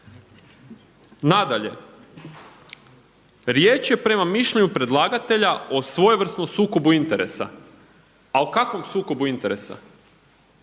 Nadalje, riječ je prema mišljenju predlagatelja o svojevrsnom sukobu interesa. Ali o kakvom sukobu interesa?